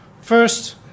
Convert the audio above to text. First